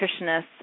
nutritionists